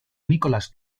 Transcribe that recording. nicolas